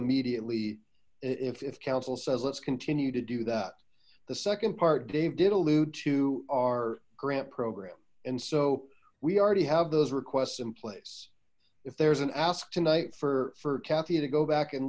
immediately if counsel says let's continue to do that the second part dave did allude to our grant program and so we already have those requests in place if there's an ask tonight for for kathy to go back and